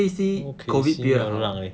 O_K_C 没有 luck leh